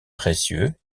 précieux